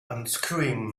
unscrewing